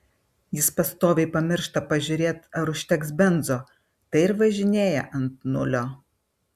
jis pastoviai pamiršta pažiūrėt ar užteks benzo tai ir važinėja ant nulio